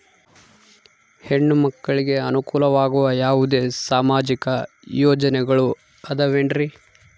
ಹೆಣ್ಣು ಮಕ್ಕಳಿಗೆ ಅನುಕೂಲವಾಗುವ ಯಾವುದೇ ಸಾಮಾಜಿಕ ಯೋಜನೆಗಳು ಅದವೇನ್ರಿ?